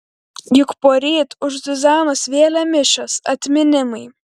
juk poryt už zuzanos vėlę mišios atminimai